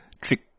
trick